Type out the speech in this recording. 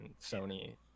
sony